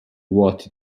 what